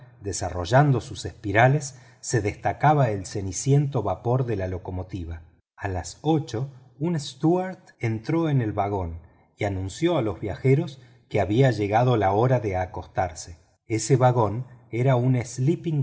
desarrollando sus espirales se destacaba el ceniciento vapor de la locomotora a las ocho un camarero entró en el vagón y anunció a los pasajeros que había llegado la hora de acostarse ese vagón era un